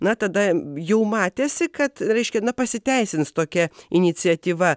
na tada jau matėsi kad reiškia na pasiteisins tokia iniciatyva